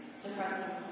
depressing